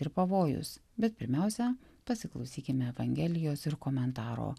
ir pavojus bet pirmiausia pasiklausykime evangelijos ir komentaro